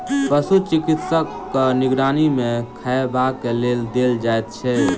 पशु चिकित्सकक निगरानी मे खयबाक लेल देल जाइत छै